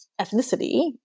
ethnicity